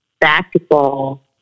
basketball